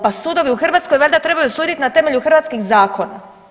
Pa sudovi u Hrvatskoj valjda trebaju suditi na temelju hrvatskih zakona.